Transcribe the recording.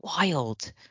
wild